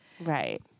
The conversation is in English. right